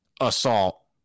assault